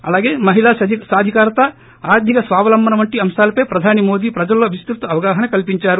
అలాగే మహిళా సాధికారత ఆర్దిక స్వావలంబన వంటి అంశాలపై ప్రధాని మోదీ ప్రజల్లో విస్తృత అవగాహన కల్సిందారు